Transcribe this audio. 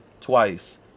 twice